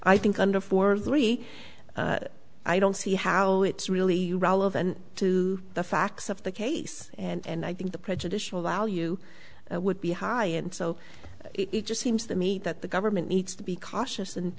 i think under four or three i don't see how it's really relevant to the facts of the case and i think the prejudicial value would be high and so it just seems to me that the government needs to be cautious and